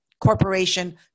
corporation